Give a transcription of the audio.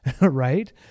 right